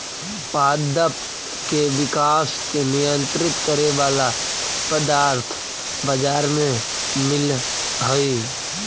पादप के विकास के नियंत्रित करे वाला पदार्थ बाजार में मिलऽ हई